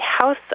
House